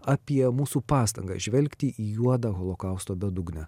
apie mūsų pastangas žvelgti į juodą holokausto bedugnę